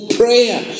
prayer